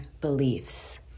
beliefs